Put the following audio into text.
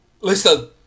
Listen